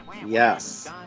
Yes